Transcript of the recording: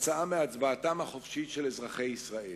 כתוצאה מהצבעתם החופשית של אזרחי ישראל.